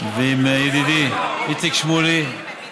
עוד ידיד שלך.